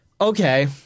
Okay